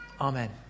Amen